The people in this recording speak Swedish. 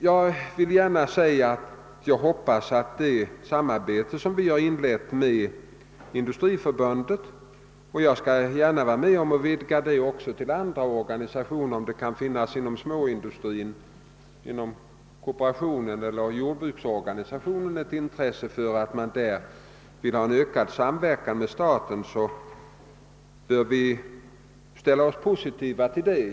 Jag hoppas att det samarbete som vi har inlett med Industriförbundet kommer att ge resultat, och jag skall gärna vara med om att vidga det till att omfatta också andra organisationer. Om det inom småindustrin, kooperationen eller jordbruksorganisationerna kan finnas intresse för ökad samverkan med staten, bör vi ställa oss positiva.